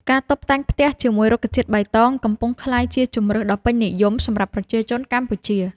ការតុបតែងផ្ទះជាមួយរុក្ខជាតិបៃតង កំពុងក្លាយជាជម្រើសដ៏ពេញនិយមសម្រាប់ប្រជាជនកម្ពុជា